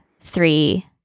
three